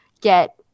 get